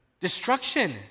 Destruction